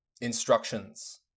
instructions